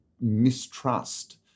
mistrust